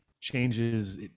changes